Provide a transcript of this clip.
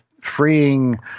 freeing